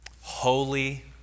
holy